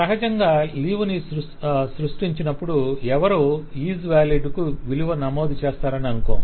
సహజంగా లీవ్ ని సృష్టించినప్పుడు ఎవరూ 'IsValid' కు విలువ నమోదు చేస్తారని అనుకోము